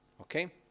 Okay